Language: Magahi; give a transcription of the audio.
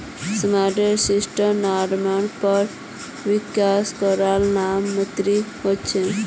स्मार्ट सिटीर नामेर पर विकास कार्य नाम मात्रेर हो छेक